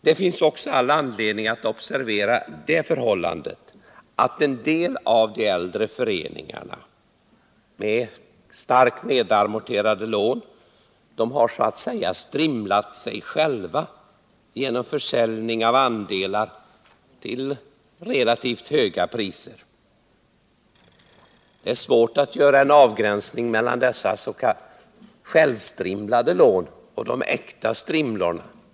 Det finns också all anledning att observera det förhållandet att en del äldre föreningar med starkt nedamorterade lån så att säga har strimlat sig själva genom försäljning av andelar till relativt höga priser. Det är svårt att göra en avgränsning mellan dessa självstrimlade lån och de äkta strimlorna.